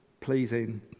pleasing